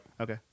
Okay